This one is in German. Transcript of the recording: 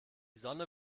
sonne